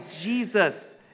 Jesus